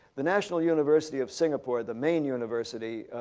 the national university of singapore, the main university,